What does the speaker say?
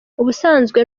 ubusanzwe